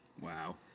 wow